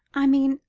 i mean,